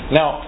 now